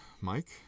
mike